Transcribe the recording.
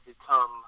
become